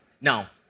Now